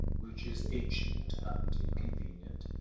which is ancient and inconvenient,